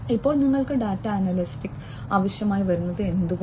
അപ്പോൾ നിങ്ങൾക്ക് data analytics ആവശ്യമായി വരുന്നത് എന്തുകൊണ്ട്